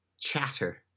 chatter